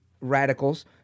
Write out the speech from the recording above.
radicals